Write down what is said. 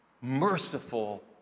merciful